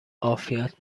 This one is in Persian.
عافیت